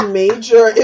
major